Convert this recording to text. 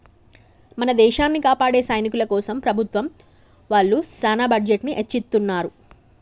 మన దేసాన్ని కాపాడే సైనికుల కోసం ప్రభుత్వం ఒళ్ళు సాన బడ్జెట్ ని ఎచ్చిత్తున్నారు